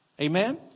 Amen